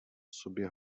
sobě